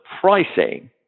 pricing